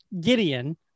Gideon